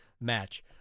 match